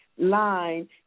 line